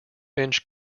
inch